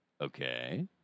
Okay